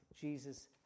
Jesus